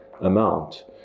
amount